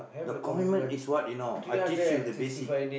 the commitment is what you know I teach you the basic